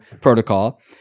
protocol